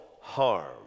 harm